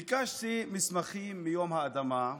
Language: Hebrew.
ביקשתי מסמכים מיום האדמה,